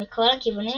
מכל הכיוונים,